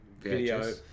video